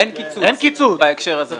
אין קיצוץ בהקשר הזה.